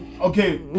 okay